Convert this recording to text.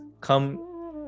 come